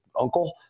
uncle